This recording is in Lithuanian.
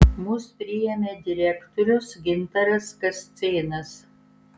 mus priėmė direktorius gintaras kascėnas